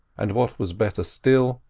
and what was better still,